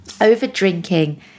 Over-drinking